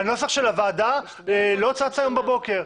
הנוסח של הוועדה לא צץ היום בבוקר.